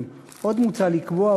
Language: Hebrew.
יזכרו.